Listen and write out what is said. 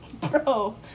Bro